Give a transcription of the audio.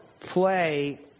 play